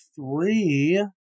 three